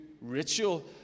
ritual